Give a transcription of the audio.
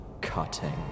cutting